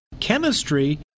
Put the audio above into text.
Chemistry